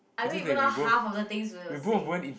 I don't even know half of the things saying